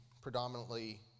predominantly